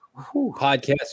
podcast